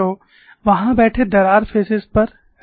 तो वहाँ बैठे दरार फेसेस पर रिवेट एक बल लगाएगा